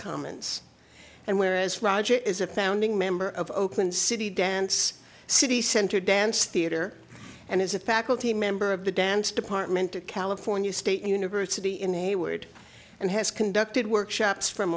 commons and whereas roger is a founding member of oakland city dance city center dance theater and is a faculty member of the dance department at california state university in a word and has conducted workshops from